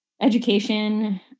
education